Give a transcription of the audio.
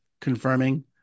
confirming